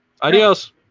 Adios